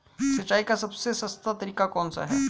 सिंचाई का सबसे सस्ता तरीका कौन सा है?